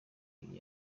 muri